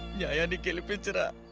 yeah and get beaten up.